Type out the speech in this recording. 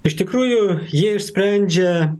iš tikrųjų jie išsprendžia